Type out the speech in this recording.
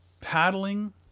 Paddling